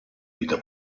vita